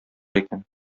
икән